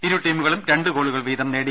ഇരുടീമുകളും രണ്ടുഗോളു കൾവീതം നേടി